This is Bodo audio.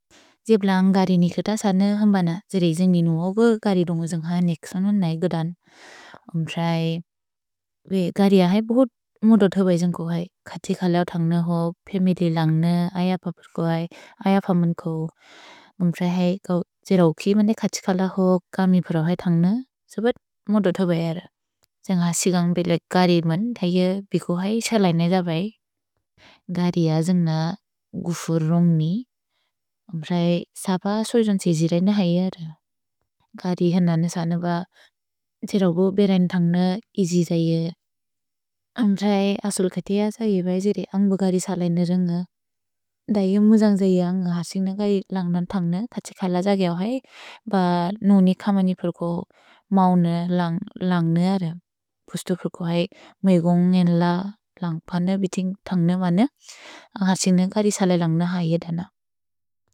द्जेप्लन्ग् गरि निकित सने हम्बन। द्जेले जेन्ग् मिनु ओगो गरि रुन्गु जेन्ग् हनिक् सोने नै गदन्। ओम् त्रए वे गरि अहै बोहुत् मोदो थोबै जेन्ग् कोहै। कति खलव् थन्ग्न हो, पे मेदे लन्ग्न, अय पपुर् कोहै, अय पमन् कोहु। ओम् त्रए है कओ द्जेले ओकि मन्ने कति खलव् हो, कमिपरव् है थन्ग्न। सबत् मोदो थोबै अर। जेन्ग् हा सिगन्ग्बेलेक् गरि मन्, धैअ बिको है। शलै नैद बै। गरि अ जेन्ग् न गुफु रुन्ग् नि। ओम् त्रए सब सोजोन् त्सेजि रैन है अर। गरि हनन सने ब। द्जेले ओगो बेरेन् थन्ग्न, एजि जये। ओम् त्रए असुल् खतिअ जये बै जेरे अन्ग्बो गरि शलै न रुन्ग। धैअ मुजन्ग् जये अन्ग् हा सिग्न कै लन्ग्न थन्ग्न। कति खल ज ग्यव् है। भ नुनि खमनि पुर्को मौन, लन्ग्न अर। पुस्तु पुर्को है मेगुन्, न्गेल, लन्ग्पन्न, बितिन्ग् थन्ग्न मन्न। हा सिग्न करि शलै लन्ग्न हा इए दन।